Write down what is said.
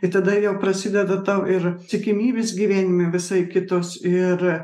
ir tada jau prasideda tau ir tikimybės gyvenime visai kitos ir